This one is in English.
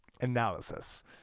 Analysis